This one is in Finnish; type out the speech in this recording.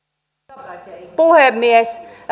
arvoisa puhemies